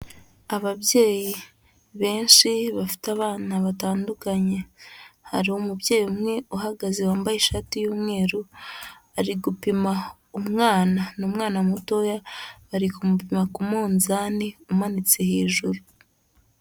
Ababyeyi benshi bafite abana batandukanye, hari umubyeyi umwe uhagaze wambaye ishati y'umweru, ari gupima umwana, ni umwana mutoya bari kumupima ku munzani umanitse hejuru.